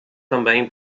também